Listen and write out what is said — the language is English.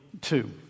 two